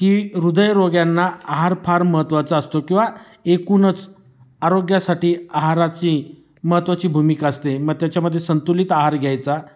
की हृदयरोग्यांना आहार फार महत्त्वाचा असतो किंवा एकूणच आरोग्यासाठी आहाराची महत्त्वाची भूमिका असते मग त्याच्यामध्ये संतुलित आहार घ्यायचा